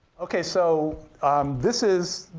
okay, so this is,